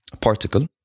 Particle